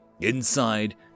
Inside